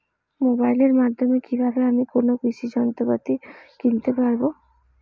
মোবাইলের মাধ্যমে কীভাবে আমি কোনো কৃষি যন্ত্রপাতি কিনতে পারবো?